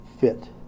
fit